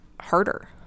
harder